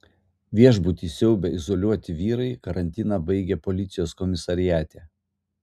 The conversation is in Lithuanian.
viešbutį siaubę izoliuoti vyrai karantiną baigė policijos komisariate